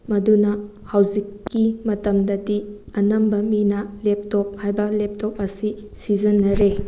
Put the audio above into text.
ꯃꯗꯨꯅ ꯍꯧꯖꯤꯛꯀꯤ ꯃꯇꯝꯗꯗꯤ ꯑꯅꯝꯕ ꯃꯤꯅ ꯂꯦꯞꯇꯣꯞ ꯍꯥꯏꯕ ꯂꯦꯞꯇꯣꯞ ꯑꯁꯤ ꯁꯤꯖꯤꯟꯅꯔꯦ